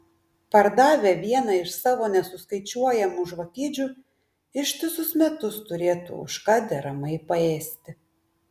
pardavę vieną iš savo nesuskaičiuojamų žvakidžių ištisus metus turėtų už ką deramai paėsti